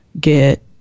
get